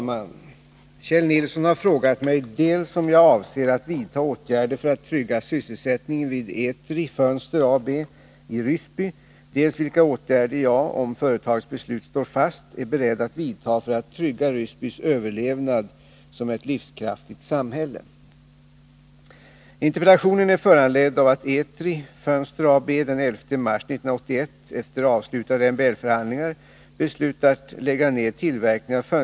Fru talman! Kjell Nilsson har frågat mig dels om jag avser att vidta åtgärder för att trygga sysselsättningen vid Etri Fönster AB i Ryssby, dels vilka åtgärder jag, om företagets beslut står fast, är beredd att vidta för att trygga Ryssbys överlevnad som ett livskraftigt samhälle.